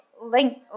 Link